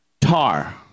Tar